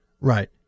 Right